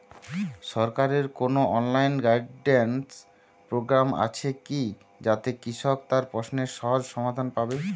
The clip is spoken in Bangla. সরকারের কোনো অনলাইন গাইডেন্স প্রোগ্রাম আছে কি যাতে কৃষক তার প্রশ্নের সহজ সমাধান পাবে?